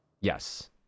Yes